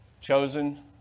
chosen